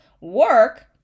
work